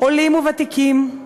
עולים וותיקים,